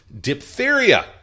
diphtheria